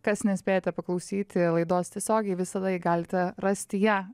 kas nespėjote paklausyti laidos tiesiogiai visada jį galite rasti ją